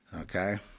Okay